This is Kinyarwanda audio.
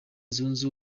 zunze